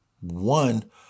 one